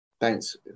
Thanks